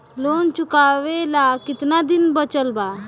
Loan चुकावे ला कितना दिन बचल बा?